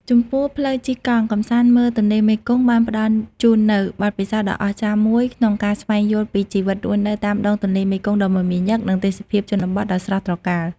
ចំពោះ ផ្លូវជិះកង់ កម្សាន្តមើលទន្លេមេគង្គ បានផ្ដល់ជូននូវបទពិសោធន៍ដ៏អស្ចារ្យមួយក្នុងការស្វែងយល់ពីជីវិតរស់នៅតាមដងទន្លេមេគង្គដ៏មមាញឹក និងទេសភាពជនបទដ៏ស្រស់ត្រកាល។